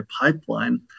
pipeline